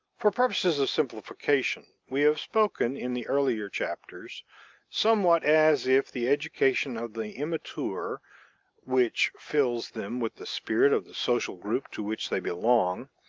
for purposes of simplification we have spoken in the earlier chapters somewhat as if the education of the immature which fills them with the spirit of the social group to which they belong,